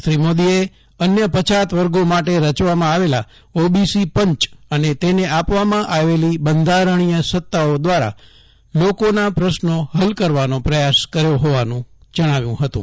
શ્રી મોદીએ અન્ય પછાત વર્ગો માટે રચવામાં આવેલા ઓબીસી પંચ અને તેને આપવામાં આવેલી બંધારણીય સત્તાઓ દ્વારા લોકોના પ્રશ્નો હલ કરવાનો પ્રયાસ કર્યો હોવાનું જણાવ્યું હતું